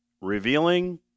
revealing